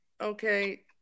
okay